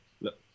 look